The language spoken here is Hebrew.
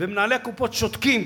ומנהלי הקופות שותקים,